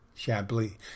Chablis